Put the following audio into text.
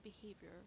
behavior